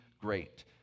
great